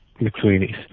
McSweeney's